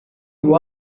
you